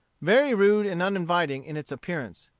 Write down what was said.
very rude and uninviting in its appearance.